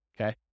okay